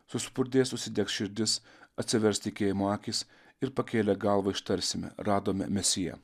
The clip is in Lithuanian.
suspurdės užsidegs širdis atsivers tikėjimo akys ir pakėlę galvą ištarsime radome mesiją